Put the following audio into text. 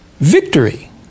victory